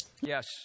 Yes